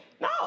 No